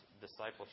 discipleship